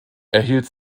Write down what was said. erhielt